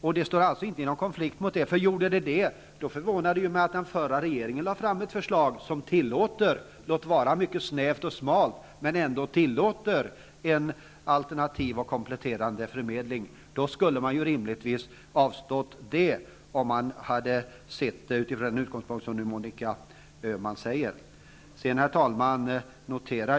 Om det fanns en konflikt här förvånar det mig att den förra regeringen lade fram ett förslag som tillåter, låt vara mycket snävt och smalt, en alternativ och kompletterande förmedling. Rimligtvis skulle man ha avstått om man hade sett det hela från den utgångspunkt som Monica Öhman talar om. Herr talman!